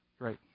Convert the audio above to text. Great